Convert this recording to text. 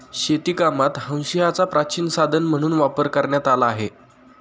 शेतीकामात हांशियाचा प्राचीन साधन म्हणून वापर करण्यात आला आहे